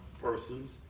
persons